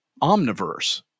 Omniverse